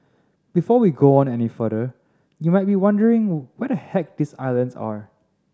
before we go on any further you might be wondering where the heck these islands are